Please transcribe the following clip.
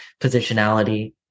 positionality